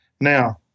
Now